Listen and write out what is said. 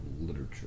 literature